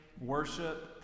worship